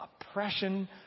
Oppression